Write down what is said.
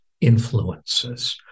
influences